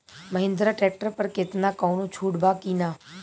Mahindra tractor पर केतना कौनो छूट बा कि ना?